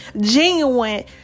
genuine